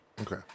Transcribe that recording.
Okay